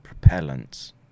propellants